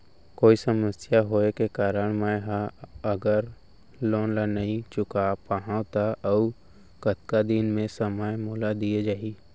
कोई समस्या होये के कारण मैं हा अगर लोन ला नही चुका पाहव त अऊ कतका दिन में समय मोल दीये जाही?